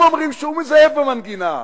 הם אומרים שהוא מזייף במנגינה.